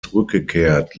zurückgekehrt